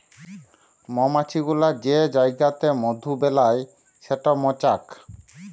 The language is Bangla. মমাছি গুলা যে জাইগাতে মধু বেলায় সেট মচাক